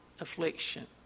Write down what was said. Affliction